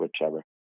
whichever